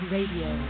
Radio